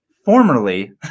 Formerly